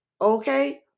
okay